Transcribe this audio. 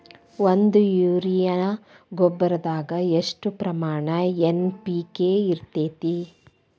ಒಂದು ಯೂರಿಯಾ ಗೊಬ್ಬರದಾಗ್ ಎಷ್ಟ ಪ್ರಮಾಣ ಎನ್.ಪಿ.ಕೆ ಇರತೇತಿ?